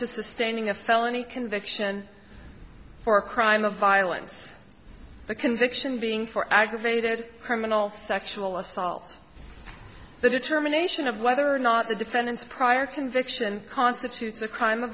to sustaining a felony conviction for a crime of violence the conviction being for aggravated criminal sexual assault the determination of whether or not the defendant's prior conviction constitutes a crime of